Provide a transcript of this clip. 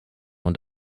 und